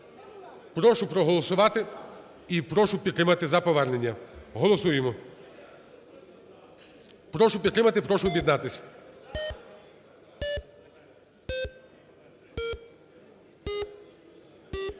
Прошу проголосувати і прошу підтримати за повернення. Голосуємо. Прошу підтримати, прошу об'єднатися.